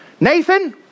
Nathan